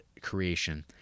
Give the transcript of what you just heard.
creation